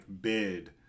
bid